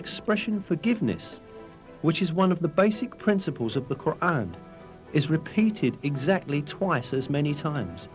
expression forgiveness which is one of the basic principles of the course arm is repeated exactly twice as many times